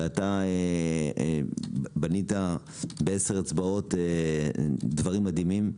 ואתה בנית בעשר אצבעות דברים מדהימים.